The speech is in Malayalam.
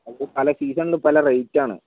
അതിൻ്റെ പല സീസണിൽ പല റെയ്റ്റാണ്